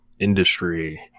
industry